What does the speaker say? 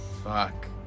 Fuck